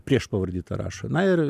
priešpavaradį tą rašo na ir